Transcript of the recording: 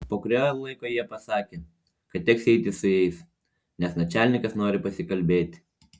po kurio laiko jie pasakė kad teks eiti su jais nes načialnikas nori pasikalbėti